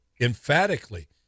emphatically